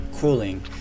cooling